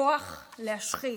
הכוח להשחית,